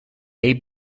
may